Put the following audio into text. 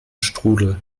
strudel